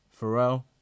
Pharrell